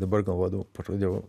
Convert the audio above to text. dabar galvodavau pradėjau